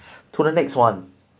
to the next one